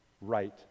right